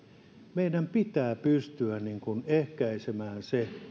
meidän pitää pystyä ehkäisemään se